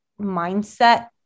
mindset